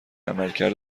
عملکرد